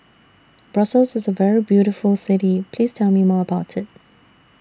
Brussels IS A very beautiful City Please Tell Me More about IT